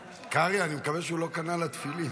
קרעי, אני מקווה שהוא לא קנה לה תפילין.